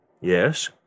Yes